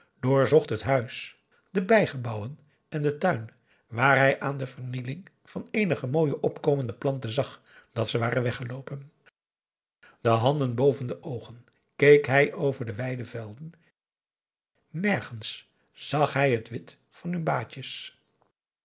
doorzocht het huis de bijgebouwen en den tuin waar hij aan de vernieling van eenige mooie opkomende planten zag dat ze waren weggeloopen de handen boven de oogen keek hij over de weidevelden nergens zag hij het wit van hun baadjes